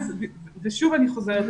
שוב אני חוזרת,